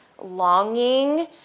longing